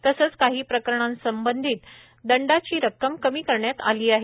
तसंच काही प्रकरणासंबंधित दंडाची रक्कम कमी करण्यात आली आहे